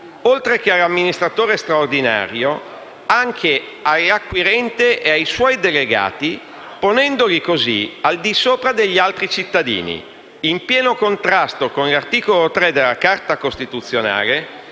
oltre che all'amministratore straordinario, anche all'acquirente e ai suoi delegati, ponendoli così al di sopra degli altri cittadini, in pieno contrasto con l'articolo 3 della Carta costituzionale